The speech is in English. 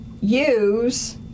use